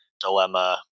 dilemma